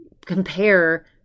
compare